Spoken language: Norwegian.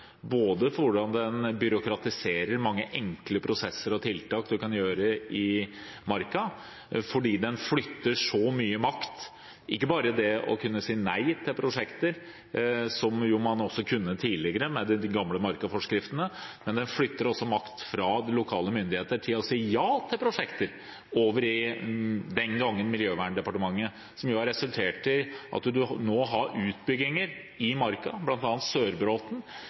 både for hvordan den byråkratiserer mange enkle prosesser og tiltak man kan gjøre i marka, og fordi den flytter så mye makt. Det gjelder ikke bare det å kunne si nei til prosjekter, som man også kunne tidligere med de gamle markaforskriftene, men den flytter også makt fra de lokale myndigheter med hensyn til å si ja til prosjekter over i – den gangen – Miljøverndepartementet. Det har resultert i at man nå har utbygginger i marka, bl.a. på Sørbråten,